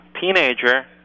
teenager